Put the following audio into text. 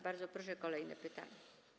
Bardzo proszę, kolejne pytanie.